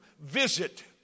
visit